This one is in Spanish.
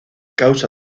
causa